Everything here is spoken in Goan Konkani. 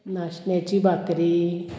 नाशण्याची बाकरी